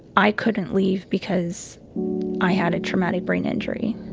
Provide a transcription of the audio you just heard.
i couldn't leave because i had a traumatic brain injury